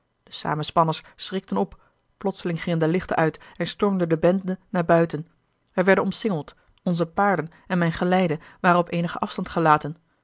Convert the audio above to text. de samenspanners schrikten op plotseling gingen de lichten uit en stormde de bende naar buiten wij werden omsingeld onze paarden en mijn geleide waren op eenigen afstand gelaten